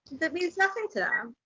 that means nothing to them.